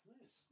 Nice